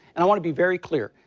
and i want to be very clear.